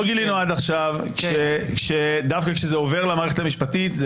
לא גילינו עד עכשיו שכאשר זה עובר למערכת המשפטית,